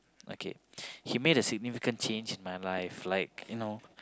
okay he made a significant change in my life like you know